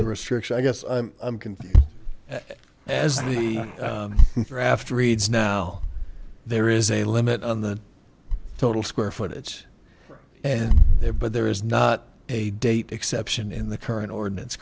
the restriction i guess i'm confused as the draft reads now there is a limit on the total square foot it's and there but there is not a date exception in the current ordinance